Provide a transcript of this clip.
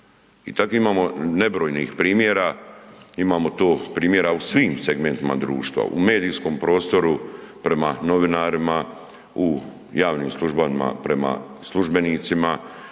I takvih imamo nebrojnih primjera, imamo to primjera u svim segmentima društva, u medijskom prostoru prema novinarima, u javnim službama prema službenicima